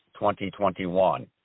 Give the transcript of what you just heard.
2021